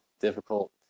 difficult